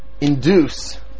induce